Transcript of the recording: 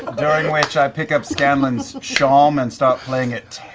during which i pick up scanlan's shawm and start playing it